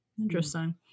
Interesting